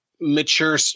mature